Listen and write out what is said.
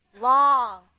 long